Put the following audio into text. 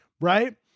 Right